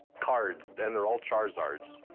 cards. and they're all charizards.